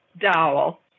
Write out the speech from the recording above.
dowel